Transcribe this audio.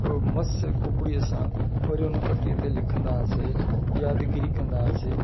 मसु कुपड़ीअ सां वरी हुन पट्टीअ ते लिखंदासीं यादगीरी कंदा हुआसीं